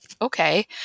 okay